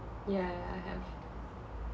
ya ya ya I have